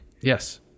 Yes